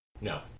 No